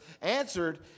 answered